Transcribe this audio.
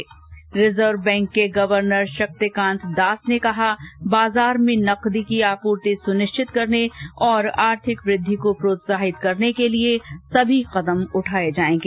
्र reserve bank के governor Shaktikanta Das ने कहा बाजार में नकदी की आपूर्ति सुनिश्वित करने और आर्थिक वृद्धि को प्रोत्साहित करने के लिए सभी कदम उठाए जाएंगे